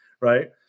Right